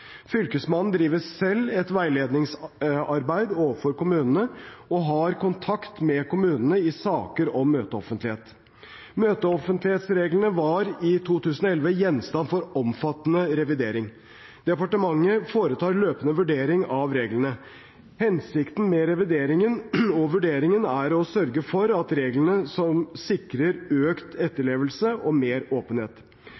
Fylkesmannen driver selv et veiledningsarbeid overfor kommunene og har kontakt med kommunene i saker om møteoffentlighet. Møteoffentlighetsreglene var i 2011 gjenstand for omfattende revidering. Departementet foretar løpende vurderinger av reglene. Hensikten med revideringen og vurderingene er å sørge for regler som sikrer økt